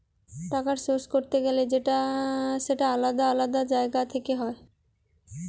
টাকার সোর্স করতে গেলে সেটা আলাদা আলাদা জায়গা থেকে হয়